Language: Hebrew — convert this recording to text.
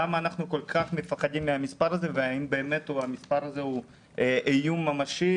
למה אנחנו כל כך מפחדים מהמספר הזה והאם באמת המספר הזה הוא איום ממשי.